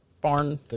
barn